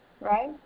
right